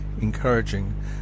encouraging